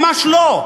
ממש לא.